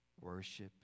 Worship